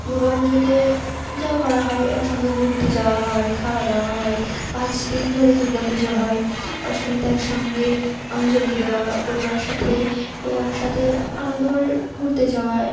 দুর্গা পুজোতে যা করা হয় একসঙ্গে ঘুরতে যাওয়া হয় খাওয়া দাওয়া হয় পাঁচ দিন ধরে দুর্গা পুজো হয় অষ্টমীতে একসঙ্গে অঞ্জলি দেওয়া পরিবারের সাথে এ একসাথে আনন্দ করে ঘুরতে যাওয়ায়